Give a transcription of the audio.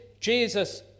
Jesus